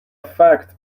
فکت